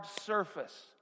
surface